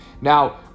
Now